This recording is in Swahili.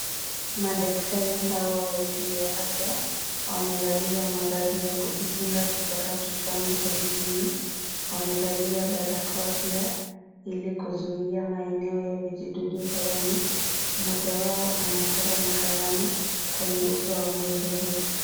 Madaktari hawa wawili wa afya wamevalia mavazi ya kujikinga kutoka kichwani hadi chini, wamevalia barakoa pia ili kuzuia maeneo ya vijidudu hewani. Mmoja wao anachora na kalamu kwenye uso wa mgonjwa huyu.